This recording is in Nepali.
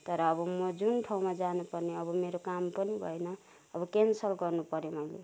तर अब म जुन ठाउँमा जानु पर्ने अ मेरो काम पनि भएन अबो क्यान्सल गर्नु पऱ्यो मैले